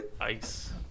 ice